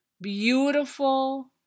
beautiful